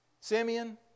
Simeon